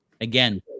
again